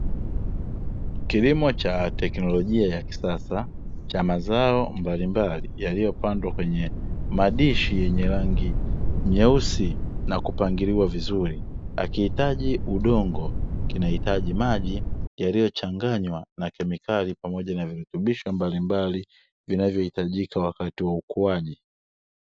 Kilimo cha teknolojia ya kisasa cha mazao mbalimbali yaliyopandwa kwenye madishi yenye rangi nyeusi, na kupangiliwa vizuri, hakihitaji udongo, kinahitaji maji yaliyochanganywa na kemikali pamoja na virutubisho mbalimbali, vinavyohitajika wakati wa ukuaji.